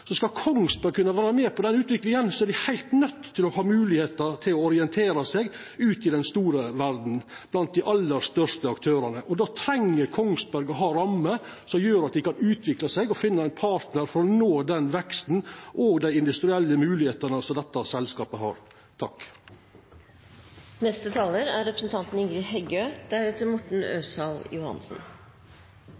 Skal Kongsberg kunna vera med på denne utviklinga, er dei heilt nøydde til å ha moglegheiter til å orientera seg ut i den store verda, blant dei aller største aktørane. Då treng Kongsberg rammer som gjer at dei kan utvikla seg og finna ein partnar for å nå den veksten og dei industrielle moglegheitene som dette selskapet har. Tydelege motsetningar i debatten, seier representanten